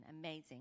amazing